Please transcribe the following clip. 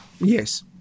Yes